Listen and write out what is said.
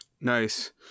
Nice